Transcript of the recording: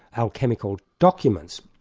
alchemical documents.